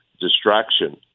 distraction